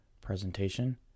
presentation